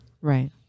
Right